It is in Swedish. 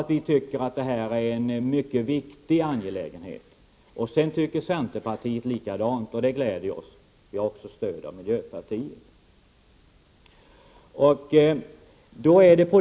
Vi anser att detta är en mycket viktig angelägenhet, och centerpartiet tycker på samma sätt, vilket gläder oss. Vi har även stöd av miljöpartiet.